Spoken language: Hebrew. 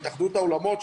התאחדות האולמות,